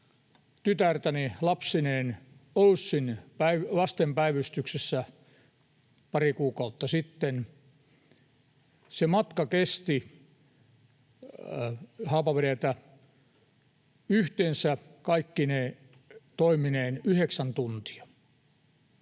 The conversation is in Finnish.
tytärtäni lapsineen OYSin lastenpäivystyksessä pari kuukautta sitten. Se matka kesti Haapavedeltä kaikkine toimineen yhteensä yhdeksän tuntia.